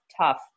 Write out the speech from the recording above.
tough